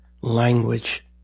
Language